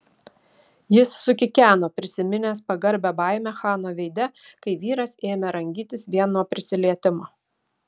jis sukikeno prisiminęs pagarbią baimę chano veide kai vyras ėmė rangytis vien nuo prisilietimo